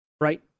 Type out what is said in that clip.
right